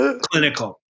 clinical